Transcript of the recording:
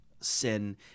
sin